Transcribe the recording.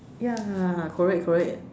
ya correct correct